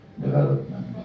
development